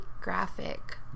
graphic